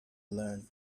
learn